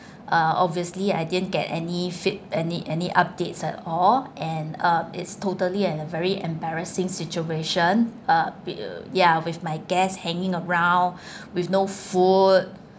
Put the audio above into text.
uh obviously I didn't get any feed~ any any updates at all and uh it's totally and a very embarrassing situation uh ya with my guests hanging around with no food